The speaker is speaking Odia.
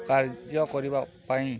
କାର୍ଯ୍ୟ କରିବା ପାଇଁ